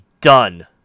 done